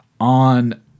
on